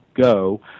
go